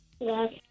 Yes